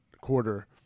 quarter